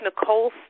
Nicole